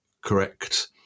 correct